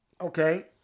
Okay